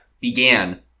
began